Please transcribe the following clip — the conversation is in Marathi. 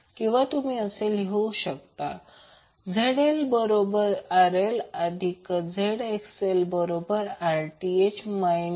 किंवा तुम्ही लिहू शकता ZL बरोबर RL अधिक jXL बरोबर Rth jXth